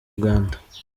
uganda